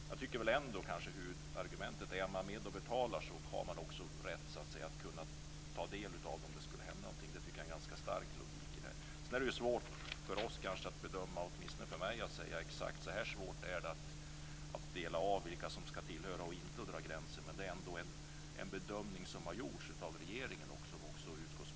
Men jag tycker ändå att huvudargumentet - att om man är med och betalar har man också rätt att ta del av ersättning som det skulle hända någonting - bygger på en ganska stark logik. Det är svårt för oss att bedöma, åtminstone för mig, exakt hur svårt det är att dela av vilka som skall tillhöra eller inte och dra en gräns.